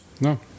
No